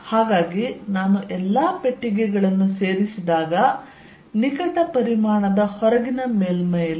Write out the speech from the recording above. ಹಾಗಾಗಿ ನಾನು ಎಲ್ಲಾ ಪೆಟ್ಟಿಗೆಗಳನ್ನು ಸೇರಿಸಿದಾಗ ನಿಕಟ ಪರಿಮಾಣದ ಹೊರಗಿನ ಮೇಲ್ಮೈಯಲ್ಲಿ v